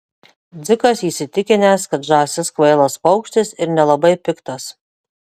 dzikas įsitikinęs kad žąsis kvailas paukštis ir nelabai piktas